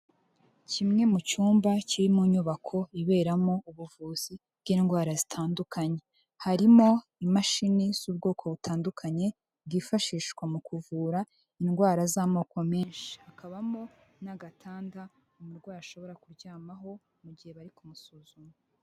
Kimwe mu cyumba kiri mu nyubako iberamo ubuvuzi bw'indwara zitandukanye, harimo imashini z'ubwoko butandukanye bwifashishwa mu kuvura indwara z'amoko menshi, hakabamo n'agatanda umurwayi ashobora kuryamaho mu gihe bari kumusuzuma.